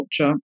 culture